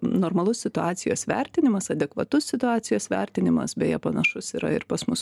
normalus situacijos vertinimas adekvatus situacijos vertinimas beje panašus yra ir pas mus